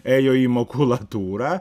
ėjo į makulatūrą